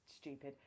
stupid